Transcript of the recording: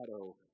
shadow